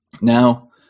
Now